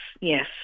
yes